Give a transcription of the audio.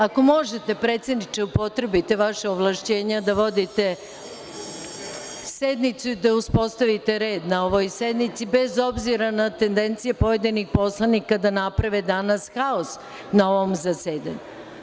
Ako možete predsedniče da upotrebite vaša ovlašćenja da vodite sednicu i da uspostavite red na ovoj sednici, bez obzira na tendencije pojedinih poslanika da naprave danas haos na ovom zasedanju.